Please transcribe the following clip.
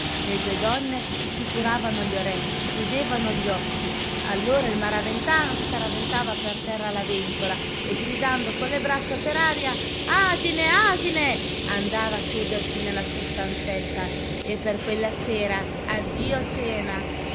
le due donne si turavano gli orecchi chiudevano gli occhi allora il maraventano scaraventava per terra la ventola e gridando con le braccia per aria asine asine andava a chiudersi nella sua stanzetta e per quella sera addio cena